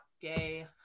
gay